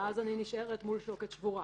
ואז אני נשארת מול שוקת שבורה.